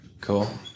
Cool